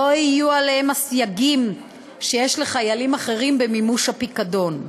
לא יהיו עליהם הסייגים שיש על חיילים אחרים במימוש הפיקדון.